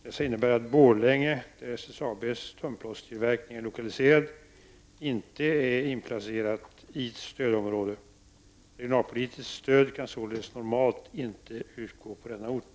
Dessa innebär att Borlänge, där SSABs tunnplåtstillverkning är lokaliserad, inte är inplacerat i stödområde. Regionalpolitiskt stöd kan således normalt inte utgå på denna ort.